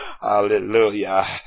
hallelujah